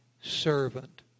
servant